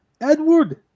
Edward